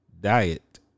Diet